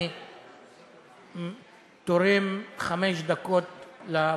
אני תורם חמש דקות לפרוטוקול.